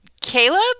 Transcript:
Caleb